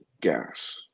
gas